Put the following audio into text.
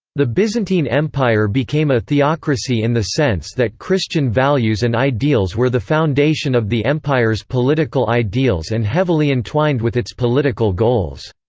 the byzantine empire became a theocracy in the sense that christian values and ideals were the foundation of the empire's political ideals and heavily entwined with its political goals.